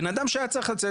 בן אדם שהיה צריך לצאת,